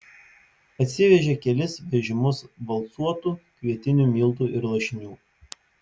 atsivežė kelis vežimus valcuotų kvietinių miltų ir lašinių